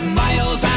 miles